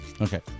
Okay